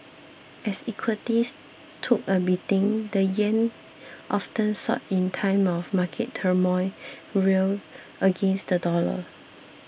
as equities took a beating the yen often sought in times of market turmoil rallied against the dollar